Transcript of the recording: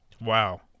Wow